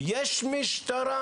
ויש משטרה,